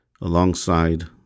alongside